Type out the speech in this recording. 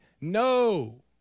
No